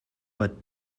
but